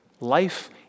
Life